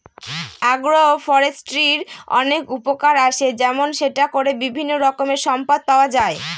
আগ্র ফরেষ্ট্রীর অনেক উপকার আসে যেমন সেটা করে বিভিন্ন রকমের সম্পদ পাওয়া যায়